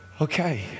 okay